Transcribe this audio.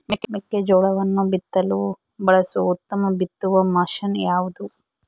ಮೆಕ್ಕೆಜೋಳವನ್ನು ಬಿತ್ತಲು ಬಳಸುವ ಉತ್ತಮ ಬಿತ್ತುವ ಮಷೇನ್ ಯಾವುದು?